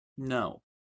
no